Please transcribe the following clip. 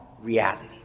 reality